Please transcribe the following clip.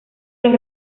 los